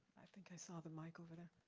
i think i saw the mic over there.